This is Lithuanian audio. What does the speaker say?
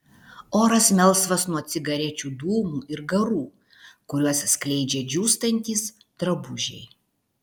oras melsvas nuo cigarečių dūmų ir garų kuriuos skleidžia džiūstantys drabužiai